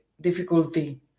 difficulty